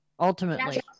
Ultimately